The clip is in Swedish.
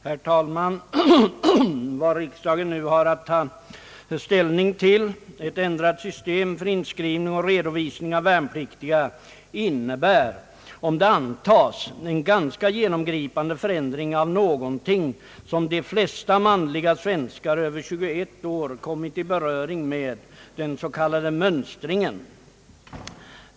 Herr talman! Vad riksdagen nu har att ta ställning till — ett ändrat system för inskrivning och redovisning av värnpliktiga — innebär, om det antas, en ganska genomgripande förändring av någonting som de flesta manliga svenskar över 21 år kommit i beröring med, den s.k. »mönstringen».